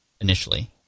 initially